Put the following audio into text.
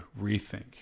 rethink